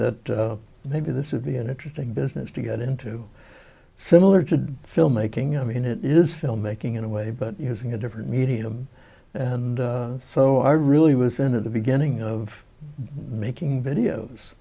that maybe this would be an interesting business to get into similar to filmmaking i mean it is filmmaking in a way but using a different medium and so i really was in at the beginning of making videos